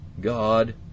God